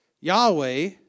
Yahweh